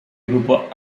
grupo